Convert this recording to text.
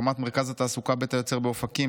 הקמת מרכז התעסוקה בית היוצר באופקים,